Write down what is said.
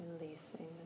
releasing